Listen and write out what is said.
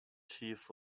chief